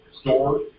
Store